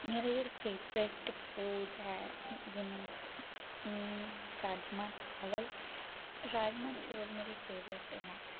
मेरा एह् favourite food ऐ जि'न्ने एह् राजमांह् चावल राजमांह् चौल मेरे फेवरेट न